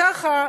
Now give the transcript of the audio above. ככה,